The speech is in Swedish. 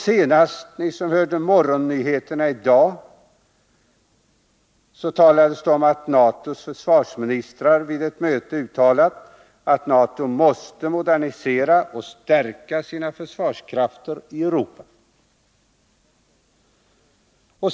Senast ni som lyssnade på morgonnyheterna i dag hörde att det talades om att NATO:s försvarsministrar vid ett möte uttalat att NATO måste modernisera och stärka sina försvarskrafter i Europa.